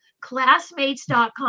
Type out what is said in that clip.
classmates.com